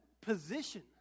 position